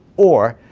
or,